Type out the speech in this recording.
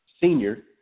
senior